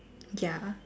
ya